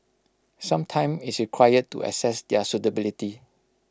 some time is required to assess their suitability